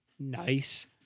Nice